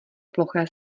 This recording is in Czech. ploché